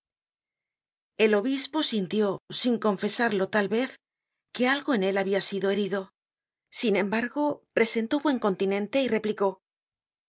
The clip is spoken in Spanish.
el obispo sintió sin confesarlo tal vez que algo en él habia sido herido sin embargo presentó buen continente y replicó